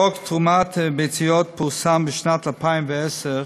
חוק תרומת ביציות פורסם בשנת 2010,